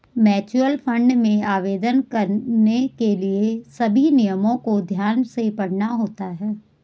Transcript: mutual fund में आवेदन करने के लिए सभी नियमों को ध्यान से पढ़ना होता है